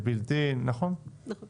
1,000